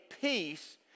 peace